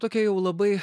tokia jau labai